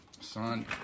Son